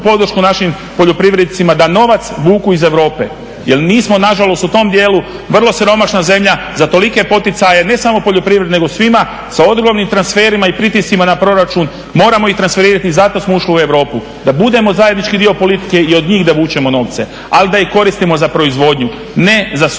našim poljoprivrednicima da novac vuku iz Europe jel mi smo nažalost u tom dijelu vrlo siromašna zemlja za tolike poticaje ne samo u poljoprivredi nego svima sa ogromnim transferima i pritiscima na proračun moramo i transferirati i zato smo ušli u Europu da budemo zajednički dio politike i od njih da vučemo novce, ali da ih koristimo za proizvodnju ne za socijalne